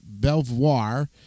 Belvoir